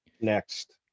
Next